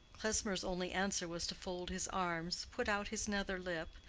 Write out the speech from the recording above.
klesmer's only answer was to fold his arms, put out his nether lip,